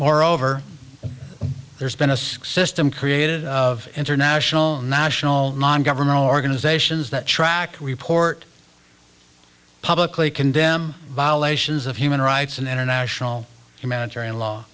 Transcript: moreover there's been a sexist i'm created of international national non governmental organizations that track report publicly condemn violations of human rights and international humanitarian law